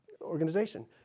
organization